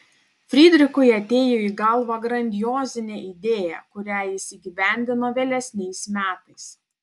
fridrichui atėjo į galvą grandiozinė idėja kurią jis įgyvendino vėlesniais metais